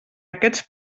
aquests